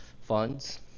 funds